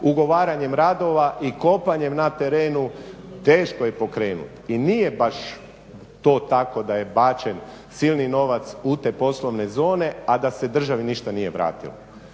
ugovaranjem radova i kopanjem na terenu teško je pokrenuti i nije baš to tako da je bačen silni novac u te poslovne zone, a da se državi ništa nije vratilo.